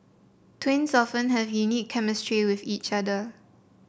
twins often have a unique chemistry with each other